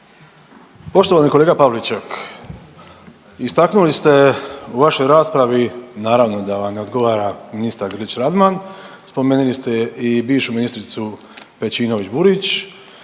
Poštovani kolega Pavliček istaknuli ste u vašoj raspravi naravno da vam ne odgovara ministar Grlić Radman, spomenuli ste i bivšu ministrice Pejčinović Burić,